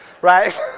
right